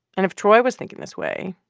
and if troy was thinking this way,